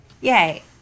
Yay